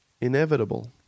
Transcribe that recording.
inevitable